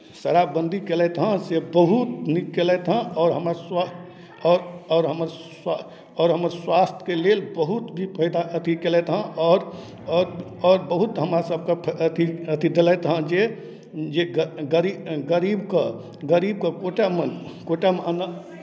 शराबबन्दी कयलथि हँ से बहुत नीक कयलथि हँ आओर हमर स्वा आओर आओर हमर स्वा आओर हमर स्वास्थ्यके लेल बहुत ही फायदा अथि कयलथि हँ आओर आओर आओर बहुत हमरासभके अथि अथि देलथि हँ जे जे ग गरीब गरीब गरीबके गरीबके कोटामे कोटामे अना